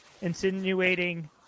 insinuating